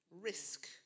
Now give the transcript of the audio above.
risk